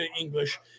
English